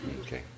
okay